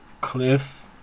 Cliff